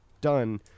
done